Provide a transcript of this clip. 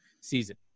season